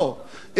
לא.